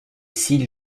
s’il